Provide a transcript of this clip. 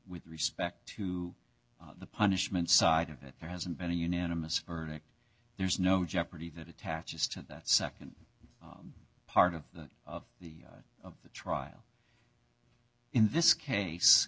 with respect to the punishment side of it there hasn't been a unanimous verdict there's no jeopardy that attaches to that nd part of the of the of the trial in this